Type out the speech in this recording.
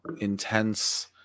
intense